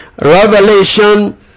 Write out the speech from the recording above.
Revelation